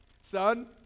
Son